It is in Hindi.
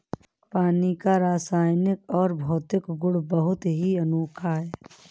पानी का रासायनिक और भौतिक गुण बहुत ही अनोखा है